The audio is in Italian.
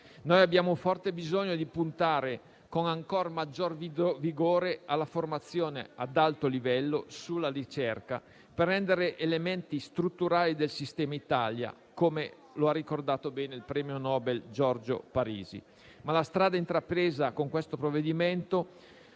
abbiamo forte bisogno di puntare con ancor maggior vigore alla formazione ad alto livello sulla ricerca, per renderla elemento strutturale del sistema Italia, come lo ha ricordato bene il premio Nobel Giorgio Parisi. La strada intrapresa con questo provvedimento,